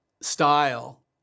style